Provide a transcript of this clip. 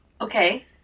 Okay